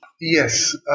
Yes